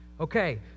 Okay